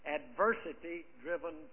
adversity-driven